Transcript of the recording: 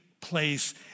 place